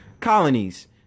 colonies